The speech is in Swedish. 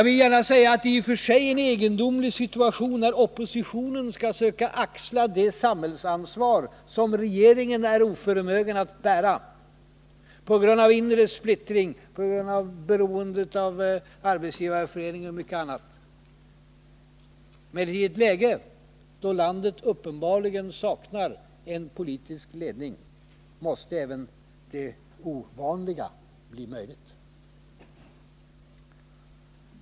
Vi är i och för sig i en egendomlig situation, när oppositionen skall söka axla det samhällsansvar som regeringen, på grund av inre splittring, beroende av Arbetsgivareföreningen och mycket annat, är oförmögen att bära. Men i ett läge då landet uppenbarligen saknar en politisk ledning, måste även det ovanliga bli möjligt.